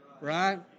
right